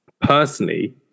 Personally